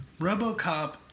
RoboCop